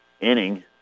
inning